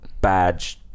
badge